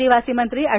आदिवासी मंत्री अॅड